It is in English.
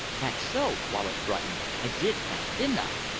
that's so. wallace brightened. i did count, didn't i?